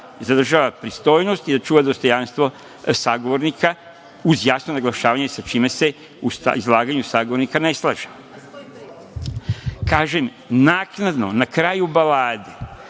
zadržava pristojnost i da očuva dostojanstvo sagovornika uz jasno naglašavanje sa čime se u izlaganju sagovornika ne slaže. Naknadno, na kraju balade,